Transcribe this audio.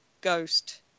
ghost